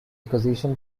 acquisition